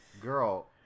girl